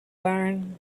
barn